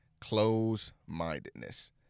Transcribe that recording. closed-mindedness